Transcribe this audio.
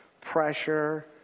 pressure